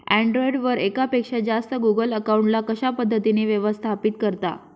Android वर एकापेक्षा जास्त गुगल अकाउंट ला कशा पद्धतीने व्यवस्थापित करता?